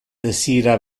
desira